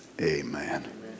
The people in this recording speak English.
Amen